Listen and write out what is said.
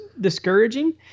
discouraging